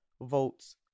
votes